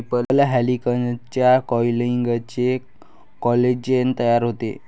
triple हेलिक्सच्या कॉइलिंगने कोलेजेन तयार होते